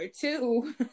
two